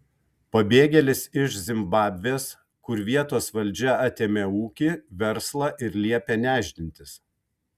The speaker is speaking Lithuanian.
pabėgėlis iš zimbabvės kur vietos valdžia atėmė ūkį verslą ir liepė nešdintis